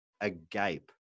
agape